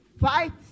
Fight